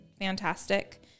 fantastic